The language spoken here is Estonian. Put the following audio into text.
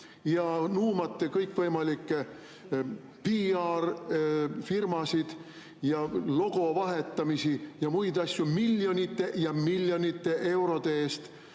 ja nuumate kõikvõimalikke PR‑firmasid ja logovahetamisi ja muid asju miljonite ja miljonite eurode eest